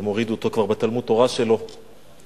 הם הורידו אותו כבר בתלמוד-תורה שלו בבית-אל.